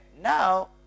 now